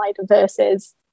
versus